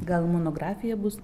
gal monografija bus